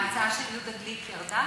ההצעה של יהודה גליק ירדה?